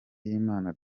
y’imana